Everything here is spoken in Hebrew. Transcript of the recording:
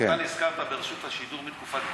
אתה נזכרת ברשות השידור מתקופת בגין,